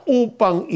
upang